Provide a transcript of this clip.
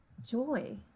Joy